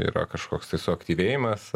yra kažkoks tai suaktyvėjimas